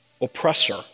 oppressor